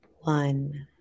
one